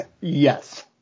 Yes